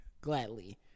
gladly